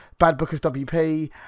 BadBookersWP